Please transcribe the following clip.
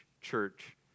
church